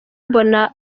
mbona